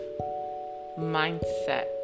mindset